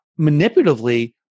manipulatively